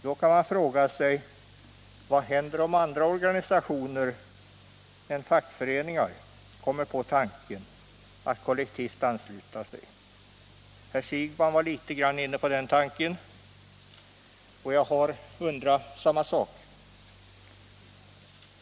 Då kan vi fråga oss: Vad händer om andra organisationer än fackföreningar kommer på tanken att kollektivt ansluta sig? Herr Siegbahn var inne litet grand på den tanken, och jag har undrat över samma sak.